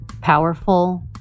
powerful